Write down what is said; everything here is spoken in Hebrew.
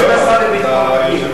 אבל מה עם השר לביטחון הפנים?